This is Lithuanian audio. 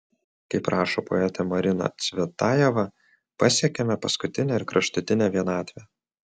kaip rašo poetė marina cvetajeva pasiekiame paskutinę ir kraštutinę vienatvę